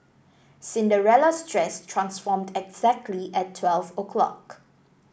Cinderella's dress transformed exactly at twelve o'clock